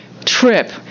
trip